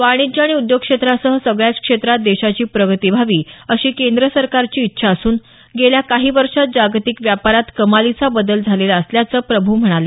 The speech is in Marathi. वाणिज्य आणि उद्योग क्षेत्रासह सगळयाच क्षेत्रात देशाची प्रगती व्हावी अशी केंद्र सरकारची इच्छा असून गेल्या काही वर्षात जागतिक व्यापारात कमालीचा बदल झालेला असल्याचं प्रभू म्हणाले